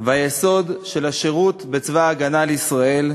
והיסוד של השירות בצבא ההגנה לישראל,